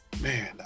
Man